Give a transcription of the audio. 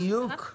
אי דיוק?